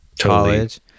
College